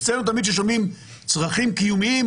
אצלנו תמיד כששומעים צרכים קיומיים,